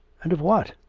and of what.